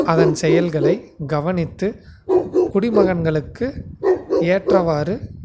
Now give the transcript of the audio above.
அதன் செயல்களை கவனித்து குடிமகன்களுக்கு ஏற்றவாறு